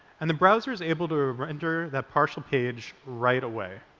and the browser is able to render that partial page right away.